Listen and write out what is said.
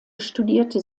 studierte